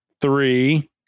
three